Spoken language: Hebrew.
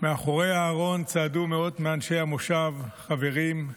מאחורי הארון צעדו מאות מאנשי המושב, חברים,